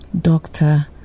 Doctor